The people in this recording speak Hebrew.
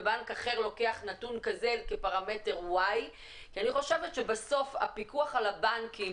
ובנק אחר לוקח נתון כזה כפרמטר Y. אני חושבת שבסוף הפיקוח על הבנקים